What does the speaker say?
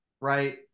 right